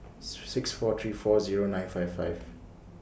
six four three four Zero nine five five